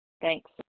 Thanks